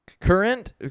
Current